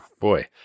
boy